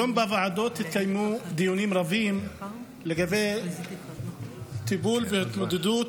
היום בוועדות התקיימו דיונים רבים על טיפול והתמודדות